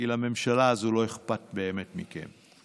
כי לממשלה הזאת לא אכפת באמת מכם.